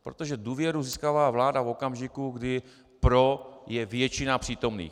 Protože důvěru získává vláda v okamžiku, kdy pro je většina přítomných.